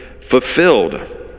fulfilled